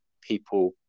people